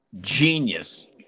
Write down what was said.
genius